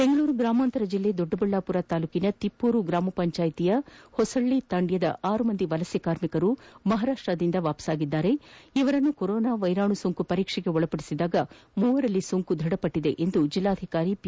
ಬೆಂಗಳೂರು ಗ್ರಾಮಾಂತರ ಜಿಲ್ಲೆ ದೊಡ್ಡಬಳ್ಳಾಪುರ ತಾಲೂಕಿನ ತಿಪ್ಕೂರು ಗ್ರಾಮಪಂಚಾಯತ್ನ ಹೊಸಹಳ್ಳ ತಾಂಡ್ನದ ಆರು ಮಂದಿ ವಲಸೆ ಕಾರ್ಮಿಕರು ಮಹಾರಾಷ್ಷದಿಂದ ವಾಪಸ್ಸಾಗಿದ್ದು ಇವರನ್ನು ಕೊರೋನಾ ವೈರಾಣು ಸೋಂಕು ಪರೀಕ್ಷೆಗೆ ಒಳಪಡಿಸಿದಾಗ ಮೂವರಲ್ಲಿ ಸೋಂಕು ದೃಢಪಟ್ಟಿದೆ ಎಂದು ಜೆಲ್ಲಾಧಿಕಾರಿ ಪಿ